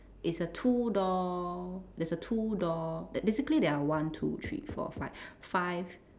is a two door there's a two door that basically there are one two three four five five